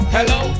Hello